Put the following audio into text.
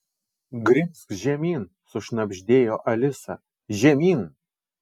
grimzk žemyn sušnabždėjo alisa žemyn